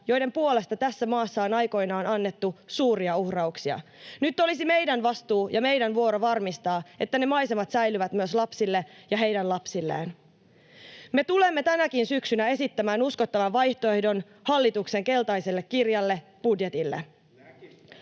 joiden puolesta tässä maassa on aikoinaan annettu suuria uhrauksia? Nyt olisi meidän vastuu ja meidän vuoro varmistaa, että ne maisemat säilyvät myös lapsille ja heidän lapsilleen. Me tulemme tänäkin syksynä esittämään uskottavan vaihtoehdon hallituksen keltaiselle kirjalle, budjetille.